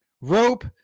rope